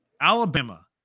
Alabama